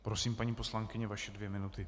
Prosím, paní poslankyně, vaše dvě minuty.